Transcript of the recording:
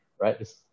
right